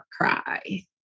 cry